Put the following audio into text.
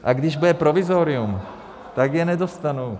A když bude provizorium, tak je nedostanou.